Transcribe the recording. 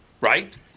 Right